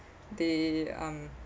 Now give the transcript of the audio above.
they um